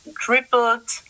tripled